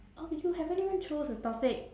oh but you haven't even chose a topic